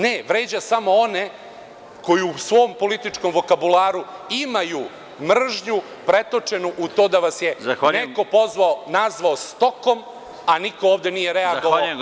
Ne, vređa samo one koji u svom političkom vokabularu imaju mržnju pretočenu u to da vas je neko pozvao, nazvao „stokom“, a niko nije ovde reagovao.